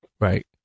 Right